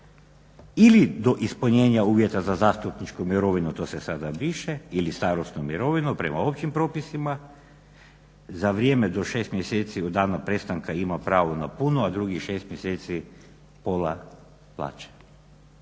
ili do ispunjenja uvjeta za zastupničku mirovinu to se sada briše ili starosnu mirovinu prema općim propisima za vrijeme do 6 mjeseci od dana prestanka ima pravo na punu, a drugih 6 mjeseci pola plaće.